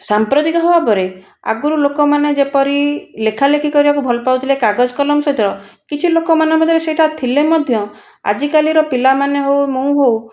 ସାମ୍ପ୍ରତିକ ଭାବରେ ଆଗରୁ ଲୋକମାନେ ଯେପରି ଲେଖାଲେଖି କରିବାକୁ ଭଲପାଉଥିଲେ କାଗଜ କଲମ ସହିତ କିଛି ଲୋକଙ୍କ ମନରେ ସେଇଟା ଥିଲେ ମଧ୍ୟ ଆଜିକାଲିର ପିଲାମାନେ ହେଉ ମୁଁ ହେଉ